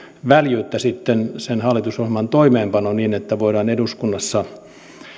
väljyyttä sen hallitusohjelman toimeenpanoon niin että voidaan eduskunnassa